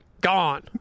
gone